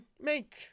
make